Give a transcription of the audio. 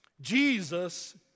Jesus